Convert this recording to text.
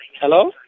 Hello